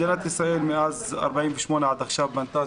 מדינת ישראל מאז 1948 עד עכשיו בנתה